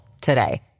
today